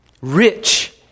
rich